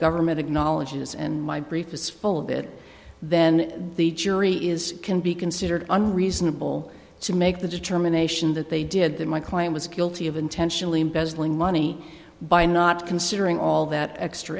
government acknowledges and my brief is full of it then the jury is can be considered unreasonable to make the determination that they did that my client was guilty of intentionally embezzling money by not considering all that extra